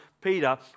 Peter